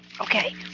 Okay